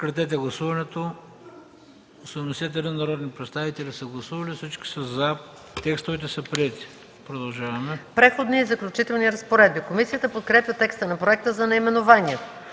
„Преходни и заключителни разпоредби”. Комисията подкрепя текста на проекта за наименованието.